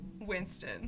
winston